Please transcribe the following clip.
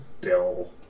bill